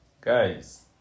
Guys